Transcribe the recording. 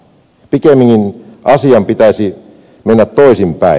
pikemminkin asian pitäisi mennä toisinpäin